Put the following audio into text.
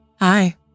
Hi